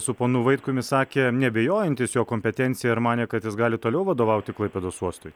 su ponu vaitkumi sakė neabejojantis jo kompetencija ir manė kad jis gali toliau vadovauti klaipėdos uostui